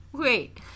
Wait